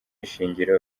ishingiro